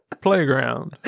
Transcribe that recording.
playground